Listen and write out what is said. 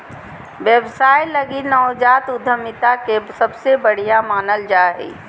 व्यवसाय लगी नवजात उद्यमिता के सबसे बढ़िया मानल जा हइ